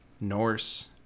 Norse